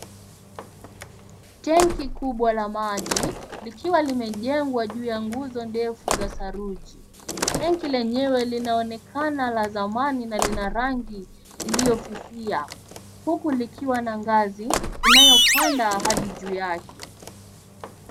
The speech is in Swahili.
Tengi kubwa la maji, likiwa limejengwa juu ya nguzo ndefu za saruji. Tengi lenyewe linaonekana la zamani na lina rangi iliyofifia, huku likiwa na ngazi iliyopanda hadi juu yake.